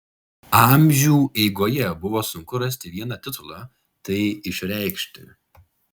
amžių eigoje buvo sunku rasti vieną titulą tai išreikšti